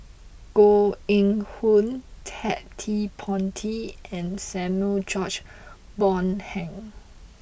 Koh Eng Hoon Ted De Ponti and Samuel George Bonham